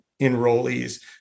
enrollees